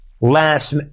last